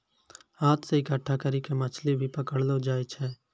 हाथ से इकट्ठा करी के मछली भी पकड़लो जाय छै